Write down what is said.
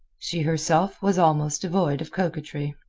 she herself was almost devoid of coquetry.